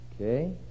Okay